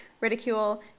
ridicule